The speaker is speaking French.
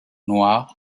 noires